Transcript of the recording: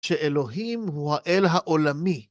שאלוהים הוא האל העולמי.